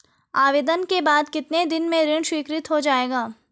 आवेदन के बाद कितने दिन में ऋण स्वीकृत हो जाएगा?